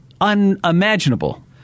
unimaginable